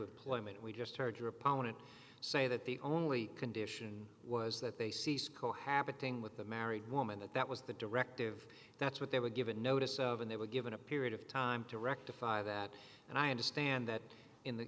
playmate we just heard your opponent say that the only condition was that they ceased co habiting with the married woman that that was the directive that's what they were given notice of and they were given a period of time to rectify that and i understand that in the